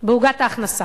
בעוגת ההכנסה.